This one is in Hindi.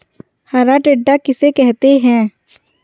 हरा टिड्डा किसे कहते हैं?